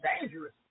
dangerous